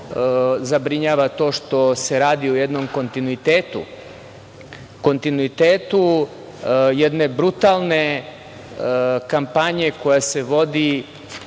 zabrinjava to što se radi o jednom kontinuitetu jedne brutalne kampanje koja se vodi